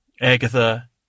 Agatha